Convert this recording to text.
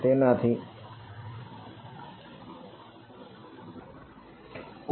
તેથી Tm1r∇×H